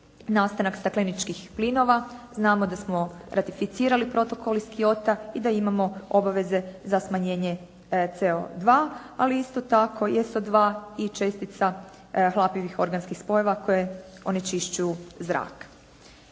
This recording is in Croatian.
nastanak stakleničkih plinova. Znamo da smo ratificirali protokol iz Kyota i da imamo obaveze za smanjenje CO2, ali isto tako je sa 2 i čestica hlapivih organskih spojeva koje onečišćuju zrak.